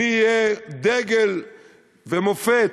מי יהיה דגל ומופת?